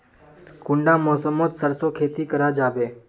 कुंडा मौसम मोत सरसों खेती करा जाबे?